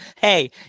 Hey